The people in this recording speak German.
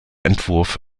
entwurf